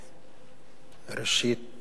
ראשית,